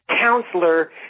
counselor